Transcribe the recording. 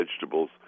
vegetables